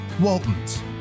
Waltons